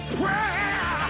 prayer